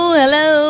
hello